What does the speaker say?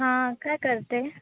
हां काय करते